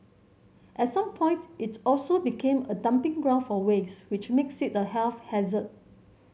at some point it also became a dumping ground for waste which made it a sit health hazard